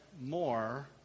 more